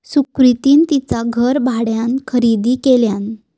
सुकृतीन तिचा घर भाड्यान खरेदी केल्यान